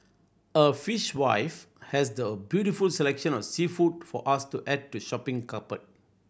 a Fishwife has the beautiful selection of seafood for us to add to shopping